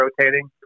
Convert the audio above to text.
rotating